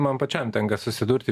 man pačiam tenka susidurti